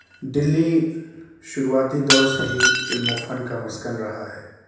دلی شروعاتی دور سے ہی علم و فن کا مسکن رہا ہے